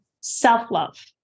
self-love